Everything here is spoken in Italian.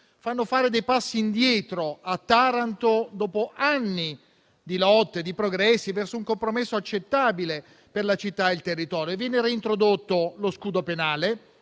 fanno fare dei passi indietro a Taranto, dopo anni di lotte e di progressi verso un compromesso accettabile per la città e il territorio. Viene reintrodotto lo scudo penale,